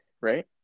right